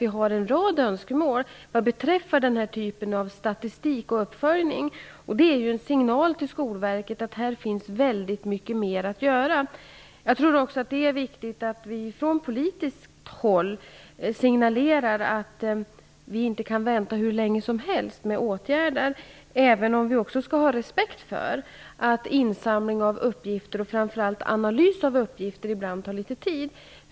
Där har vi en rad önskemål vad beträffar den typen av statistik och uppföljning. Det är en signal till Skolverket att här finns mer att göra. Jag tror att det är viktigt att vi från politiskt håll signalerar att vi inte kan vänta hur länge som helst med åtgärder. Men vi skall även ha respekt för att insamling av uppgifter, framför allt analys av uppgifter, ibland tar litet tid.